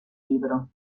libro